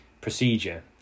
procedure